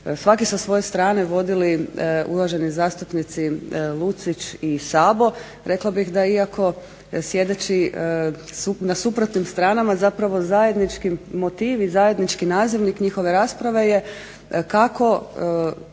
svaki sa svoje strane vodili uvaženi zastupnici Lucić i Sabo rekla bih da iako da sjedeći na suprotnim stranama zapravo zajednički motivi, zajednički nazivnik njihove rasprave je kako